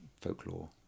folklore